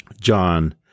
John